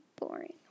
boring